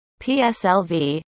PSLV